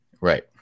Right